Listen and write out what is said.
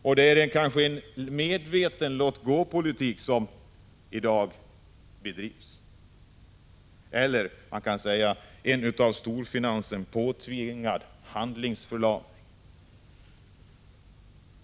Är det kanske en medveten låt-gå-politik som i dag bedrivs, eller är det en av storfinansen påtvingad handlingsförlamning?